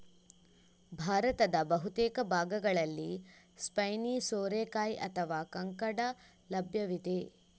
ಭಾರತದ ಬಹುತೇಕ ಭಾಗಗಳಲ್ಲಿ ಸ್ಪೈನಿ ಸೋರೆಕಾಯಿ ಅಥವಾ ಕಂಕಡ ಲಭ್ಯವಿದೆ